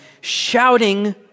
shouting